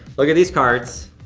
look at these cards.